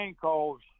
calls